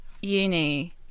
uni